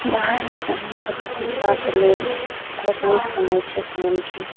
बाहरमे समय फोटो खिचबाके लेल बहुत नीक समय छै शामके